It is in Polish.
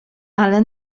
ale